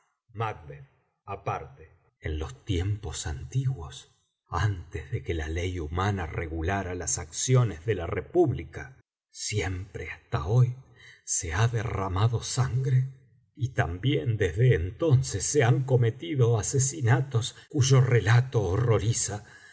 aparte en los tíempos antiguos antes de que la ley humana regulara las acciones de la república siempre hasta hoy se ha derramado sangre y también desde entonces se han cometido asesinatos cuyo relato horroriza